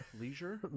Leisure